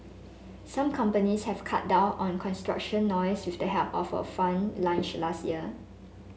some companies have cut down on construction noise with the help of a fund launched last year